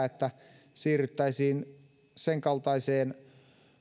että siirryttäisiin senkaltaiseen